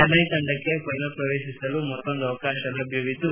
ಚೆನ್ನೈ ತಂಡಕ್ಕೆ ಫೈನಲ್ ಪ್ರವೇಶಿಸಲು ಮತ್ತೊಂದು ಅವಕಾಶ ಲಭ್ಯವಿದ್ದು